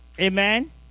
Amen